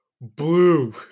Blue